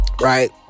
right